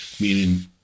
meaning